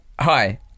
Hi